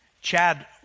Chad